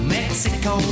Mexico